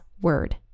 word